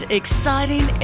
exciting